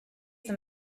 them